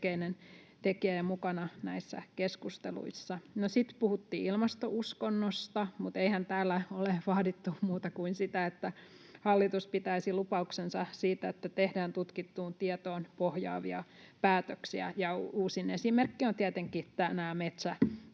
ja mukana näissä keskusteluissa. No, sitten puhuttiin ilmastouskonnosta, mutta eihän täällä ole vaadittu muuta kuin sitä, että hallitus pitäisi lupauksensa siitä, että tehdään tutkittuun tietoon pohjaavia päätöksiä. Uusin esimerkki on tietenkin nämä